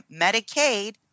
Medicaid